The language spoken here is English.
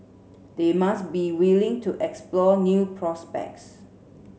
they must be willing to explore new prospects